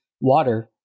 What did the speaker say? water